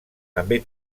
també